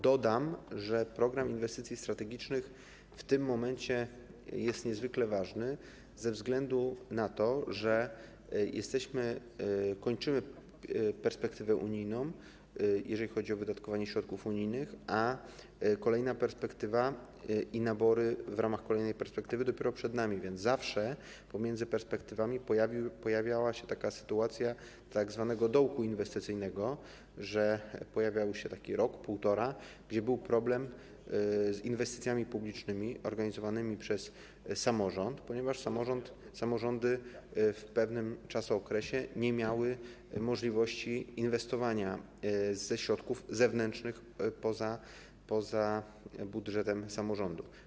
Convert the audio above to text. Dodam, że Program Inwestycji Strategicznych w tym momencie jest niezwykle ważny ze względu na to, że kończymy perspektywę unijną, jeżeli chodzi o wydatkowanie środków unijnych, a kolejna perspektywa, nabory w ramach kolejnej perspektywy dopiero przed nami, więc zawsze pomiędzy perspektywami pojawiała się taka sytuacja tzw. dołka inwestycyjnego, pojawiał się taki rok, 1,5 roku, kiedy był problem z inwestycjami publicznymi organizowanymi przez samorząd, ponieważ samorządy w pewnym okresie nie miały możliwości inwestowania ze środków zewnętrznych, poza budżetem samorządu.